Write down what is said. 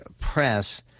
press